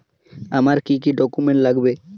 আমার কি কি ডকুমেন্ট লাগবে?